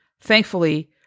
Thankfully